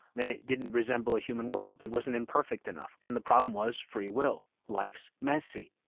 and it didn't resemble a human world. it wasn't imperfect enough, and the problem was free will. life's messy.